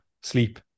sleep